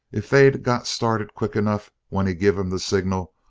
if they'd got started quick enough when he give em the signal,